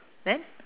then